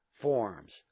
forms